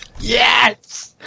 Yes